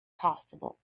possible